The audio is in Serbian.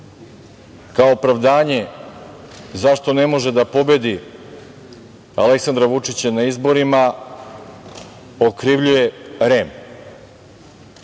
kao opravdanje zašto ne može da pobedi Aleksandra Vučića na izborima okrivljuje REM,